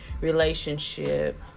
relationship